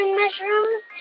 mushrooms